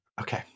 Okay